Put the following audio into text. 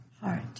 heart